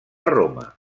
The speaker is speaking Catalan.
roma